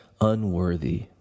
unworthy